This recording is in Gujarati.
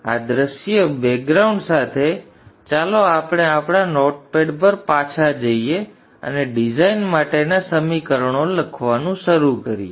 તેથી આ દ્રશ્ય બેકગ્રાઉન્ડ સાથે ચાલો આપણે આપણા નોટપેડ પર પાછા જઈએ અને ડિઝાઇન માટેના સમીકરણો લખવાનું શરૂ કરીએ